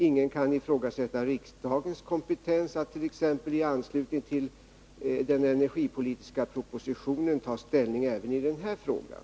Ingen kan ifrågasätta riksdagens kompetens att t.ex. i anslutning till den energipolitiska propositionen ta ställning även i den här frågan.